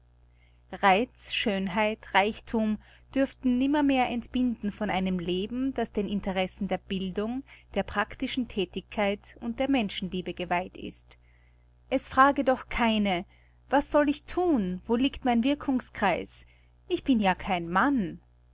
reiz schönheit reichthum dürften nimmermehr entbinden von einem leben das den interessen der bildung der praktischen thätigkeit und der menschenliebe geweiht ist es frage doch keine was soll ich thun wo liegt mein wirkungskreis ich bin ja kein mann